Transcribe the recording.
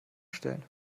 stellen